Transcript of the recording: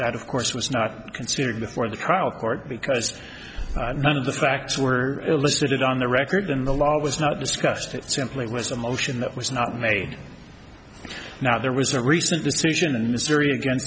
that of course was not considered before the trial court because none of the facts were elicited on the record than the law was not discussed it simply was a motion that was not made now there was a recent decision in missouri again